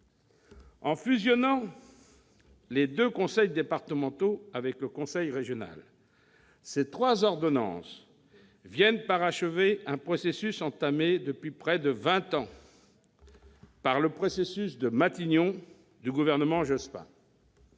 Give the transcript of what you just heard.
En fusionnant les deux conseils départementaux avec le conseil régional, ces trois ordonnances viennent parachever un processus entamé depuis près de vingt ans par le « processus de Matignon », engagé par